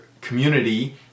community